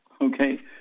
Okay